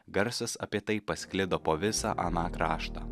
garsas apie tai pasklido po visą aną kraštą